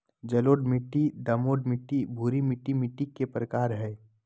जलोढ़ मिट्टी, दोमट मिट्टी, भूरी मिट्टी मिट्टी के प्रकार हय